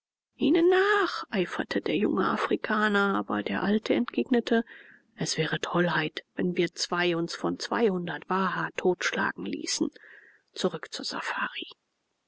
ihnen nach eiferte der junge afrikaner aber der alte entgegnete es wäre tollheit wenn wir zwei uns von zweihundert waha totschlagen ließen zurück zur safari